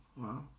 Wow